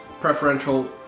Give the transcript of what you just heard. preferential